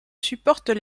supportent